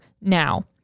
now